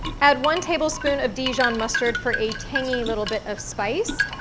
add one tablespoon of dijon mustard for a tangy little bit of spice,